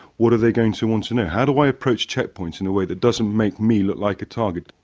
what are they going to want to know? how do i approach checkpoints in a way that doesn't make me look like a target?